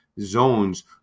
zones